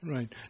Right